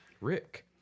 Rick